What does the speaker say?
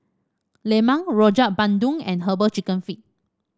lemang Rojak Bandung and herbal chicken feet